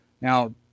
now